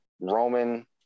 Roman